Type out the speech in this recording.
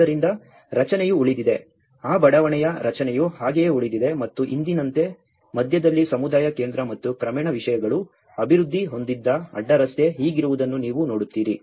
ಆದ್ದರಿಂದ ರಚನೆಯು ಉಳಿದಿದೆ ಆ ಬಡಾವಣೆಯ ರಚನೆಯು ಹಾಗೆಯೇ ಉಳಿದಿದೆ ಮತ್ತು ಇಂದಿನಂತೆ ಮಧ್ಯದಲ್ಲಿ ಸಮುದಾಯ ಕೇಂದ್ರ ಮತ್ತು ಕ್ರಮೇಣ ವಿಷಯಗಳು ಅಭಿವೃದ್ಧಿ ಹೊಂದಿದ ಅಡ್ಡರಸ್ತೆ ಹೀಗಿರುವುದನ್ನು ನೀವು ನೋಡುತ್ತೀರಿ